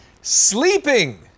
sleeping